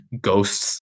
ghosts